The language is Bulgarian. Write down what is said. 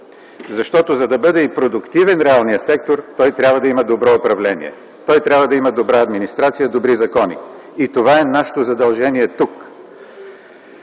Защото, за да бъде продуктивен реалният сектор, той трябва да има добро управление, той трябва да има добра администрация, той трябва да има добри закони. И това е нашето задължение тук.